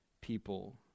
people